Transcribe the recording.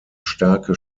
starke